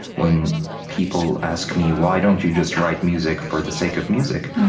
when people ask me, why don't you just write music for the sake of music?